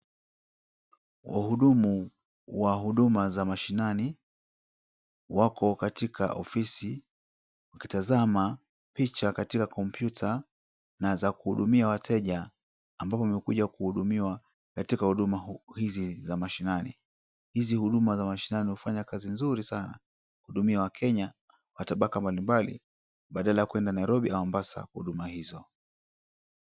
Wahudumu wa huduma za mashinani wako katika ofisi wakitazama picha katika kompyuta na za kuhudumia wateja ambapo wamekuja kuhudumiwa katika huduma hizi za mashinani. Hizi huduma za mashinani hufanya kazi nzuri sana kuhudumia wakenya wa tabaka mbalimbali badala ya kuenda Nairobi ama Mombasa kwa huduma hizo.